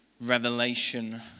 Revelation